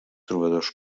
trobadors